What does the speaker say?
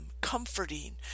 comforting